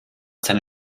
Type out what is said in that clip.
seine